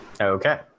Okay